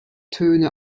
töne